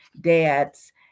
dads